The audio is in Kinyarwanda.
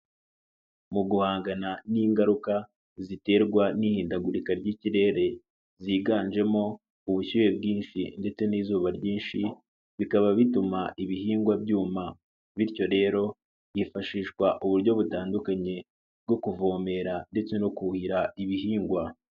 Mu guhangana n'ingaruka ziterwa n'ihindagurika ry'ikirere ziganjemo ubushyuhe bwinshi ndetse n'izuba ryinshi, bikaba bituma ibihingwa byuma bityo rero hifashishwa uburyo butandukanye bwo kuvomera ndetse no kuhira ibihingwa.